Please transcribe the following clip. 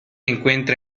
encuentra